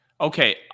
Okay